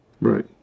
Right